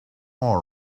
more